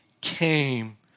came